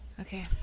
Okay